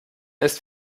ist